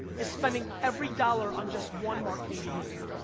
is spending every dollar on just one marketing behavior,